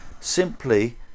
simply